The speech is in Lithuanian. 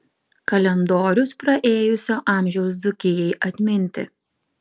kalendorius praėjusio amžiaus dzūkijai atminti